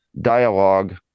dialogue